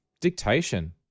Dictation